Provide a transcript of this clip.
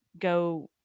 go